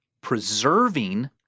preserving